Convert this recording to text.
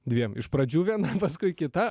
dviem iš pradžių viena paskui kita